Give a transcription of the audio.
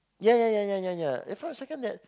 ya ya ya ya for a second that